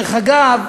דרך אגב,